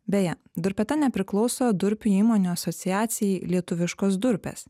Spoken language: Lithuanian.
beje durpeta nepriklauso durpių įmonių asociacijai lietuviškos durpės